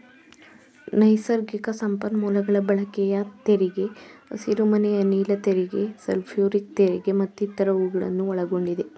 ನೈಸರ್ಗಿಕ ಸಂಪನ್ಮೂಲಗಳ ಬಳಕೆಯ ತೆರಿಗೆ, ಹಸಿರುಮನೆ ಅನಿಲ ತೆರಿಗೆ, ಸಲ್ಫ್ಯೂರಿಕ್ ತೆರಿಗೆ ಮತ್ತಿತರ ಹೂಗಳನ್ನು ಒಳಗೊಂಡಿದೆ